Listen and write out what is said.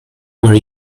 were